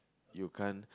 you can't